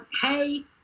hey